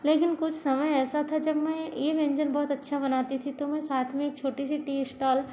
लेकिन कुछ समय ऐसा था जब मैं ये व्यंजन बहुत अच्छा बनाती थी तो साथ में एक छोटी सी टी स्टॉल